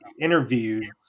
interviews